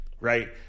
right